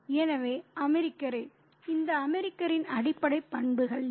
எனவே அமெரிக்கரே இந்த அமெரிக்கரின் அடிப்படை பண்புகள் என்ன